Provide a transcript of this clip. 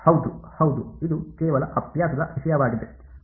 ಹೌದು ಹೌದು ಇದು ಕೇವಲ ಅಭ್ಯಾಸದ ವಿಷಯವಾಗಿದೆ